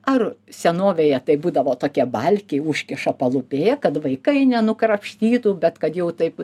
ar senovėje tai būdavo tokie balkiai užkiša palubėj kad vaikai nenukrapštytų bet kad jau taip